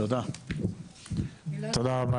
תודה רבה.